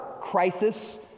crisis